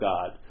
God